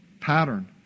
pattern